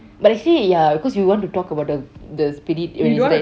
but actually ya cause you want to talk about the the spirit when it's there